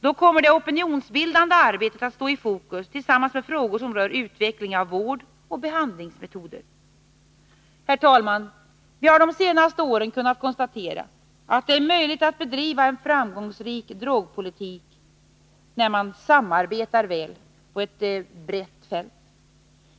Då kommer det opinionsbildande arbetet att stå i fokus tillsammans med frågor som rör utveckling av vård och behandlingsmetoder. Herr talman! Vi har av de senaste åren kunnat konstatera att det är möjligt att bedriva en framgångsrik drogpolitik, när man samarbetar väl på ett brett fält.